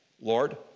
Lord